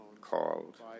called